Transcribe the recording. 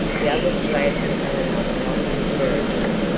the others glanced at one another like conspirators.